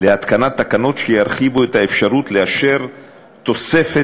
להתקנת תקנות שירחיבו את האפשרות לאשר תוספת